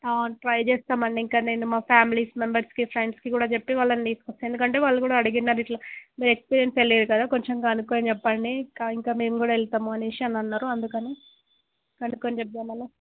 try చేస్తామండి ఇంకా నేను మా ఫ్యామిలీ మెంబర్స్కి ఇంకా ఫ్రెండ్స్కి కూడా చెప్పి వాళ్ళని తీసుకొస్తాను ఎందుకంటే వాళ్ళు కూడా అడిగారు నన్ను ఇట్లా మీరు ఎక్స్పీరీయన్స్ వెళ్ళి ఉన్నారు కదా కొంచెం కనుక్కొని చెప్పండి ఇంకా ఇంక మేము కూడా వెళ్తాం అనేసి అనన్నారు అందుకని కనుక్కొని చెబుదామని